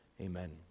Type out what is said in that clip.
Amen